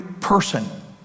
person